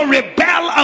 rebel